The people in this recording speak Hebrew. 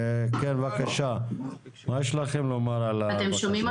מה יש לכם לומר על הנושא?